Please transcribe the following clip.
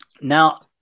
now